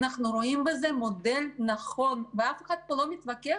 אנחנו רואים בזה מודל נכון ואף אחד לא מתווכח